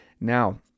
now